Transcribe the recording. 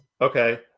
Okay